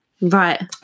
Right